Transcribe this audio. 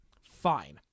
Fine